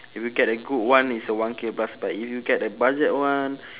if you get a good one it's one K plus but if you get a budget one